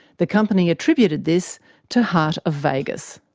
the company attributed this to heart of vegas.